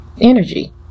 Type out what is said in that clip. energy